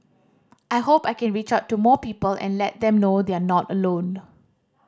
I hope I can reach out to more people and let them know they're not alone